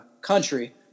country